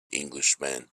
englishman